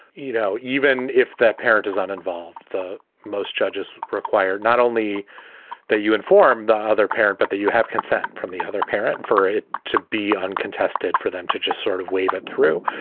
you know, even if that parent is uninvolved. the most judges require not only that you inform the other parent, but that you have consent from the other parent for it to be uncontested, for them to just sort of waive it through.